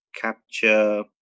capture